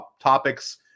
topics